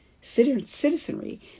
citizenry